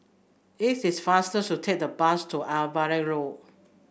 it is faster to take the bus to Avery Lodge